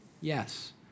Yes